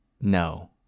No